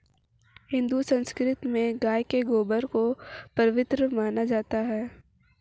हिंदू संस्कृति में गाय के गोबर को पवित्र माना जाता है